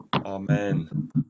Amen